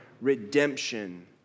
redemption